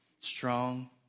strong